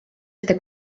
este